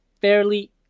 fairly